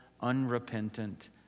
unrepentant